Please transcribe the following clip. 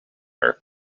her